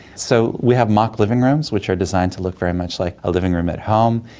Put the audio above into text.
so we have mock living rooms which are designed to look very much like a living room at home.